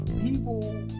people